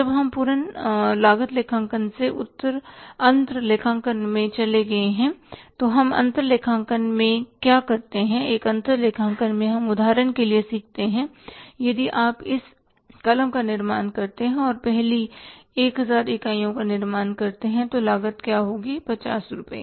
अब जब हम पूर्ण लागत लेखांकन से अंतर लेखांकन में चले गए तो हम अंतर लेखांकन में क्या करते हैं एक अंतर लेखांकन में हम उदाहरण के लिए सीखते हैं यदि आप इस कलम का निर्माण करते हैं और पहली 1000 इकाइयों का निर्माण करते हैं तो लागत क्या होगी 50 रु